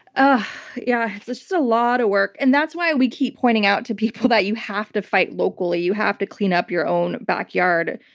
ah yeah, it's it's just a lot of work. and that's why we keep pointing out to people that you have to fight locally. you have to clean up your own backyard.